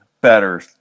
better